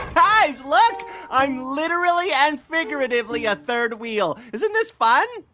guys, look i'm literally and figuratively a third wheel. isn't this fun?